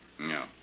No